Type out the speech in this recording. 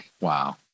Wow